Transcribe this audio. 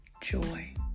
joy